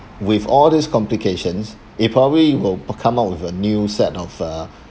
with all these complications it probably will come out with a new set of uh